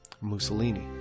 Mussolini